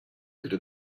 could